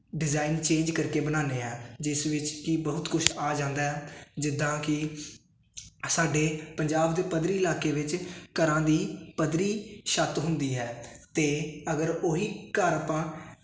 design change ਕਰਕੇ ਬਣਾਉਂਦੇ ਹਾਂ ਜਿਸ ਵਿੱਚ ਕਿ ਬਹੁਤ ਕੁਛ ਆ ਜਾਂਦਾ ਜਿੱਦਾਂ ਕਿ ਸਾਡੇ ਪੰਜਾਬ ਦੇ ਪੱਧਰੇ ਇਲਾਕੇ ਵਿੱਚ ਘਰਾਂ ਦੀ ਪੱਧਰੀ ਛੱਤ ਹੁੰਦੀ ਹੈ ਅਤੇ ਅਗਰ ਉਹੀ ਘਰ ਆਪਾਂ